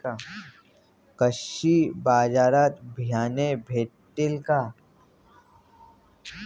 कृषी बाजारात बियाणे भेटतील का?